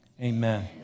amen